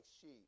sheep